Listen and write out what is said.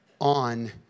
on